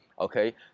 Okay